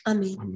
Amen